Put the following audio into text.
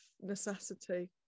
necessity